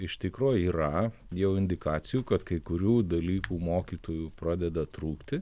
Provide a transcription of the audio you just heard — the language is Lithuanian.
iš tikrųjų yra jau indikacijų kad kai kurių dalykų mokytojų pradeda trūkti